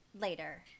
later